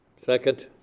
second.